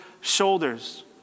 shoulders